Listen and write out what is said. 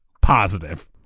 positive